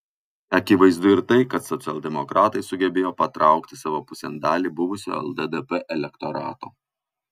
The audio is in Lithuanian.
akivaizdu ir tai kad socialdemokratai sugebėjo patraukti savo pusėn dalį buvusio lddp elektorato